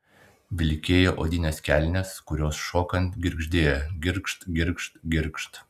vilkėjo odines kelnes kurios šokant girgždėjo girgžt girgžt girgžt